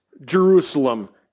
Jerusalem